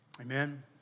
Amen